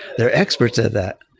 they're experts at that,